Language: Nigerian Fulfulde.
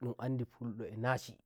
ndun andi fullo e nachinachi